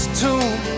tomb